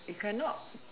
you cannot